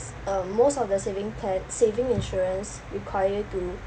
uh most of the saving plan saving insurance require you to